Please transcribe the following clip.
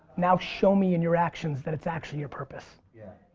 now show me in your actions that it's actually your purpose. yeah.